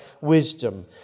wisdom